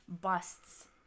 busts